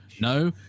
no